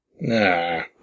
Nah